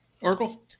Oracle